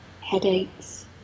headaches